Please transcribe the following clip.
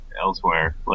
elsewhere